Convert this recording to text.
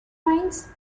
rains